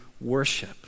worship